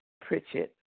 Pritchett